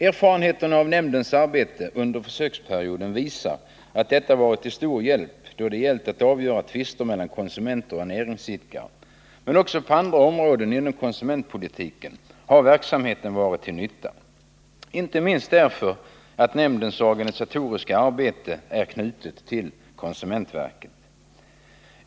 Erfarenheterna av nämndens arbete under försöksperioden visar att detta varit till stor hjälp då det gällt att avgöra tvister mellan konsumenter och näringsidkare. Men också på andra områden inom konsumentpolitiken har verksamheten varit till nytta, inte minst därför att nämndens organisatoriska arbete är knutet till konsumentverket.